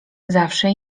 zawsze